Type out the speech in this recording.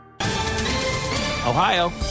Ohio